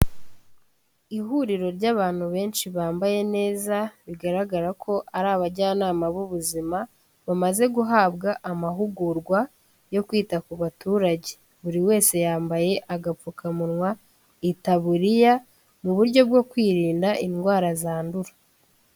Ihuriro ry'abantu benshi bambaye neza, bigaragara ko ari abajyanama b'ubuzima, bamaze guhabwa amahugurwa yo kwita ku baturage, buri wese yambaye agapfukamunwa, itaburiya mu buryo bwo kwirinda indwara zandura.